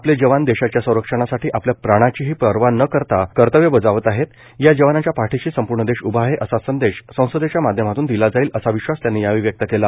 आपले जवान देशाच्या संरक्षणासाठी आपल्या प्राणांचीही पर्वान करता कर्तव्य बजावत आहेत या जवानांच्या पाठीशी संपूर्ण देश उभा आहे असा संदेश संसदेच्या माध्यमातून दिला जाईल असा विश्वास त्यांनी यावेळी व्यक्त केला